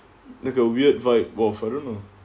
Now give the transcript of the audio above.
like a weird vibe of I don't know